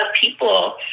people